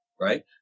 right